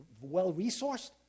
well-resourced